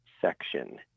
section